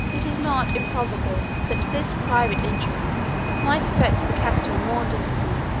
it is not improbable, that this private injury might affect the capital more deeply,